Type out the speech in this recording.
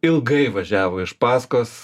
ilgai važiavo iš pasakos